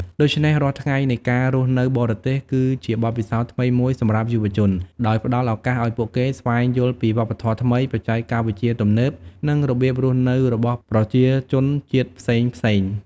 ដូច្នេះរាល់ថ្ងៃនៃការរស់នៅបរទេស គឺជាបទពិសោធន៍ថ្មីមួយសម្រាប់យុវជន ដោយផ្តល់ឱកាសឲ្យពួកគេស្វែងយល់ពីវប្បធម៌ថ្មី បច្ចេកវិទ្យាទំនើប និងរបៀបរស់នៅរបស់ប្រជាជនជាតិផ្សេងៗ